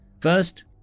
First